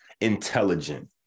intelligent